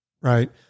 right